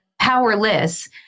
powerless